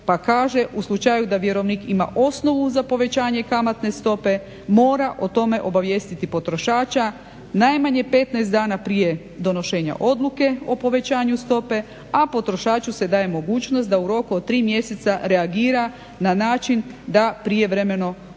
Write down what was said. pa kaže u slučaju da vjerovnik ima osnovu za povećanje kamatne stope mora o tome obavijestiti potrošača najmanje 15 dana prije donošenja odluke o povećanju stope, a potrošaču se daje mogućnost da u roku od tri mjeseca reagira na način da prijevremeno otplati